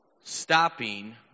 stopping